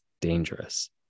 dangerous